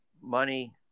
money